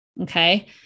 Okay